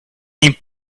seemed